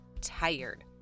tired